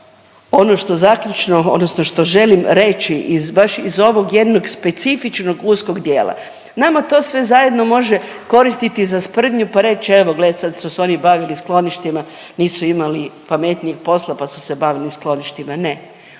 što želim reći iz, baš iz ovog jednog specifičnog uskog dijela, nama to sve zajedno može koristiti za sprdnju pa reći, evo, gle, sad su se oni bavili skloništima, nisu imali pametnijeg posla pa su se bavili skloništima. Ne,